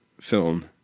film